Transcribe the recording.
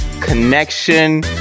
connection